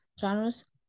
genres